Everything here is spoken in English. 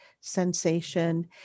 sensation